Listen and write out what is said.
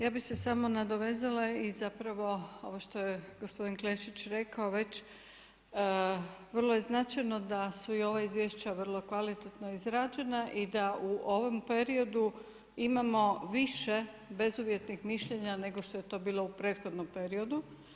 Ja bih se samo nadovezala i zapravo ovo što je gospodin Klešić rekao već, vrlo je značajno da su i ova izvješća vrlo kvalitetno izrađena i da u ovom periodu imamo bezuvjetnih mišljenja nego što je to bilo u prethodnom periodu.